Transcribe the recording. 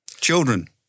Children